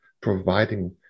providing